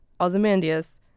Ozymandias